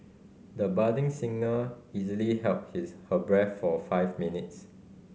the budding singer easily held his her breath for five minutes